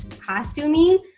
costuming